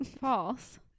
False